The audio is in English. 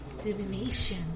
Divination